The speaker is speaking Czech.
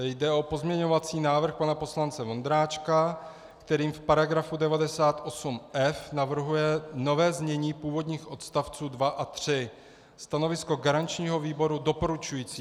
Jde o pozměňovací návrh pana poslance Vondráčka, kterým v § 98f navrhuje nové znění původních odstavců 2 a 3. Stanovisko garančního výboru doporučující.